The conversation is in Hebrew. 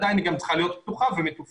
עדיין היא גם צריכה להיות פתוחה ומטופלת.